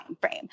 frame